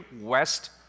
west